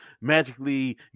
magically